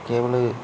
cable